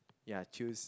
ya choose